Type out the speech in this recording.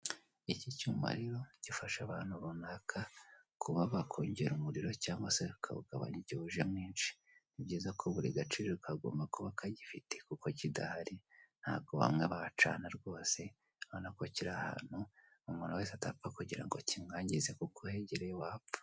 Iki cyuma rero gifasha abantu runaka kuba bakongera umuriro cyangwa bakawugabanya igihe uje mwinshi, ni byiza ko buri gace rero kagomba kuba kagifite kuko kidahari ntabwo bamwe bacana rwose ubona ko kiri ahantu umuntu wese atapfa kugira ngo kimwangirize kuko uhegereye wapfa.